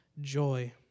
joy